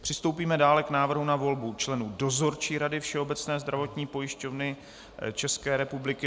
Přistoupíme dále k návrhu na volbu členů Dozorčí rady Všeobecné zdravotní pojišťovny České republiky.